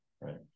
right